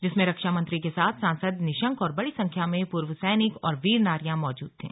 जिसमें रक्षा मंत्री के साथ सांसद निशंक और बड़ी संख्या में पूर्व सैनिक और वीर नारियां मौजूद थे